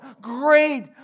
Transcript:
Great